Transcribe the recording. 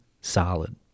solid